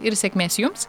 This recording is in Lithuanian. ir sėkmės jums